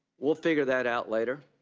we'll figure that out later.